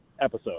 episode